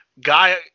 Guy